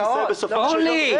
ישראל בסופו של יום ------ אורלי.